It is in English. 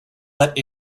let